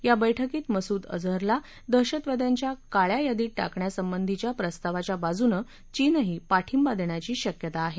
या बैठकीत मसूद अजहरला दहशतवाद्यांच्या काळ्या यादीत टाकण्यासंबंधिच्या प्रस्तावाच्या बाजून चीनही पाठिंबा देण्याची शक्यता आहे